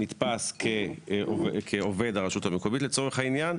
נתפס כעובד הרשות המקומית לצורך העניין.